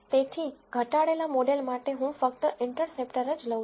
તેથી ઘટાડેલા મોડેલ માટે હું ફક્ત ઇન્ટરસેપ્ટર જ લઉં છું